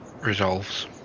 resolves